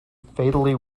fatally